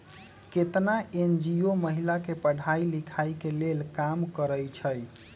केतना एन.जी.ओ महिला के पढ़ाई लिखाई के लेल काम करअई छई